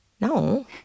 no